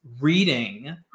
reading